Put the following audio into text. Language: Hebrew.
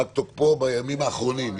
פג תוקפו בימים האחרונים.